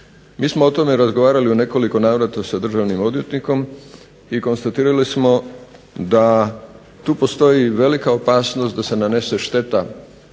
Mi smo o tome razgovarali u nekoliko navrata sa državnim odvjetnikom i konstatirali smo da tu postoji velika opasnost da se nanese šteta